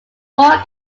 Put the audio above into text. more